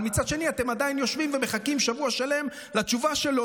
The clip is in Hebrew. אבל מצד שני אתם עדיין יושבים ומחכים שבוע שלם לתשובה שלו,